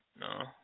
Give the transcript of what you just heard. no